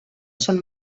són